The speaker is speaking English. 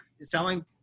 selling